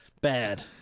bad